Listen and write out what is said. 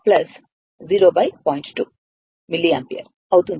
2 milliampere అవుతుంది